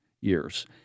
years